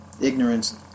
ignorance